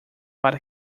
para